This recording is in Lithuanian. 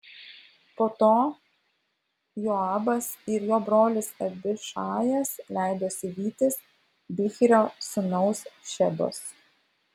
po to joabas ir jo brolis abišajas leidosi vytis bichrio sūnaus šebos